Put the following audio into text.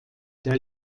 der